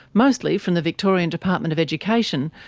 mostly from the victorian department of education,